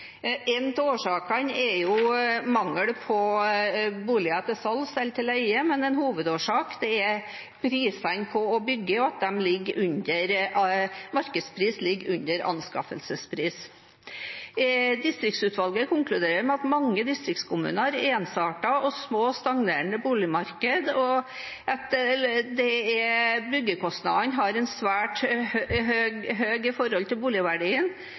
av årsakene er mangel på boliger til salgs eller til leie, men en hovedårsak er prisene på å bygge og at markedspris ligger under anskaffelsespris. Distriktsutvalget konkluderer med at mange distriktskommuner har ensartede, små og stagnerende boligmarkeder, og at byggekostnadene er svært høye i forhold til boligverdien.